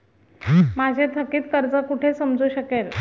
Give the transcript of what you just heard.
माझे थकीत कर्ज कुठे समजू शकेल?